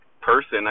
person